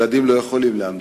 ילדים לא יכולים להמתין.